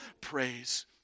praise